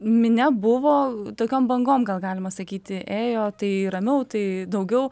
minia buvo tokiom bangom gal galima sakyti ėjo tai ramiau tai daugiau